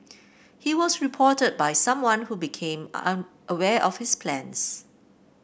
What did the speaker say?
he was reported by someone who became aware of his plans